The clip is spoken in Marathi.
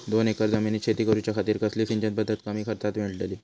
दोन एकर जमिनीत शेती करूच्या खातीर कसली सिंचन पध्दत कमी खर्चात मेलतली?